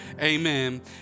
amen